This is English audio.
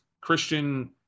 Christian